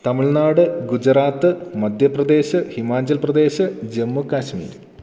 Tamil Nadu Gujarat Madhya Pradesh Himachal Pradesh Jammu Kashmir